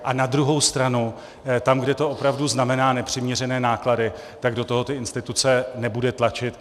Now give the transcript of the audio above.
A na druhou stranu tam, kde to opravdu znamená nepřiměřené náklady, tak do toho ty instituce nebude tlačit.